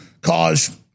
cause